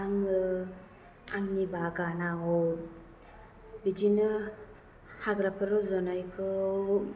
आङो आंनि बागानाव बिदिनो हाग्राफोर रज'नायखौ